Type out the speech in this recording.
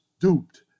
duped